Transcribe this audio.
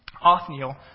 Othniel